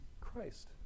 Christ